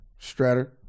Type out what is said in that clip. Stratter